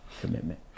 commitment